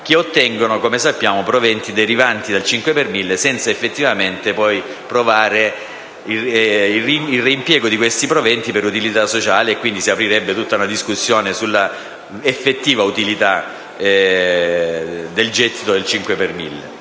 che ottengono, come sappiamo, proventi derivanti dal cinque per mille senza effettivamente provare il reimpiego di questi proventi per utilità sociale (si aprirebbe tutta una discussione sull'effettiva utilità del gettito del 5 per mille).